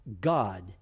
God